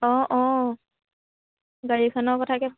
অঁ অঁ গাড়ীখনৰ কথাকে